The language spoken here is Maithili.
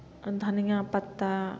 धनिआँ पत्ता